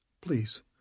Please